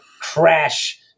crash